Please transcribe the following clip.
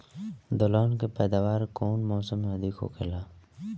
दलहन के पैदावार कउन मौसम में अधिक होखेला?